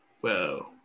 Whoa